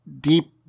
Deep